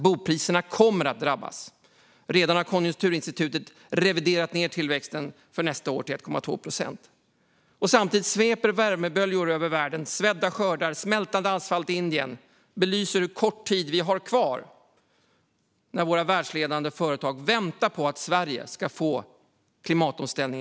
Bopriserna kommer att drabbas. Konjunkturinstitutet har redan reviderat ned tillväxten för nästa år till 1,2 procent. Samtidigt sveper värmeböljor över världen. Svedda skördar och smältande asfalt i Indien belyser hur kort tid vi har kvar när våra världsledande företag väntar på att Sverige ska genomföra en klimatomställning.